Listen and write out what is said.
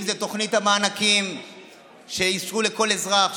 אם זה תוכנית המענקים שאישרו לכל אזרח,